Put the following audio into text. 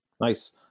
Nice